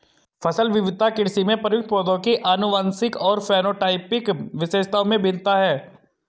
फसल विविधता कृषि में प्रयुक्त पौधों की आनुवंशिक और फेनोटाइपिक विशेषताओं में भिन्नता है